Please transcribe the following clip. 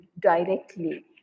directly